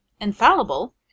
infallible